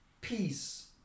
peace